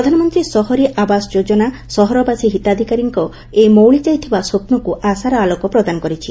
ପ୍ରଧାନମନ୍ତୀ ସହରୀ ଆବାସ ଯୋଜନାରେ ସହରବାସୀ ହିତାଧକାରୀ ହୋଇ ମଉଳି ଯାଇଥିବା ସ୍ୱପ୍ନ ଆଶାର ଆଲୋକ ପ୍ରଦାନ କରିଛି